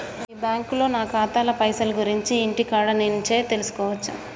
మీ బ్యాంకులో నా ఖాతాల పైసల గురించి ఇంటికాడ నుంచే తెలుసుకోవచ్చా?